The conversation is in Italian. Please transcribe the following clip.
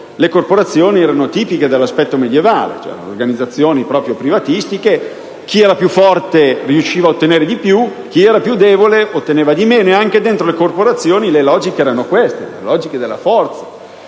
le corporazioni erano tipiche della società medioevale, erano organizzazioni privatistiche. Chi era più forte riusciva ad ottenere di più, chi era più debole otteneva di meno: anche dentro le corporazioni le logiche erano quelle della forza.